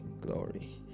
glory